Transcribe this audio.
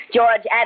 George